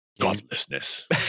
Godlessness